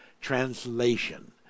translation